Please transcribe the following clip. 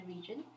region